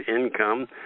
income